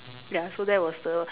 ya so that was the